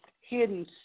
Hidden